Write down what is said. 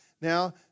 Now